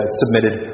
submitted